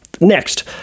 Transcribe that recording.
next